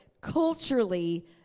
culturally